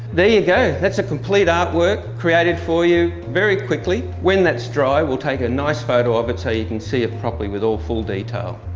go, that's a complete art work created for you very quickly. when that's dry, we'll take a nice photo of it so you can see it properly with all full detail.